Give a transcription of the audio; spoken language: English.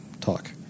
talk